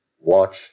watch